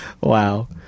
Wow